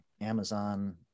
Amazon